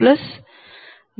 010